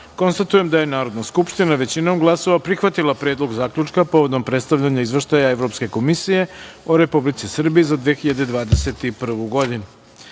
dvoje. Konstatujem da je Narodna skupština većinom glasova prihvatila Predlog zaključka povodom predstavljanja Izveštaja Evropske komisije o Republici Srbiji za 2021. godinu. Druga